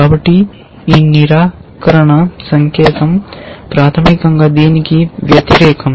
కాబట్టి ఈ నిరాకరణ సంకేతం ప్రాథమికంగా దీనికి వ్యతిరేకం